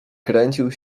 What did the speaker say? kręcił